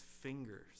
fingers